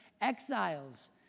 exiles